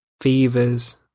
fevers